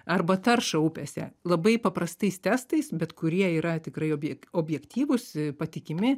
arba taršą upėse labai paprastais testais bet kurie yra tikrai objek objektyvūs patikimi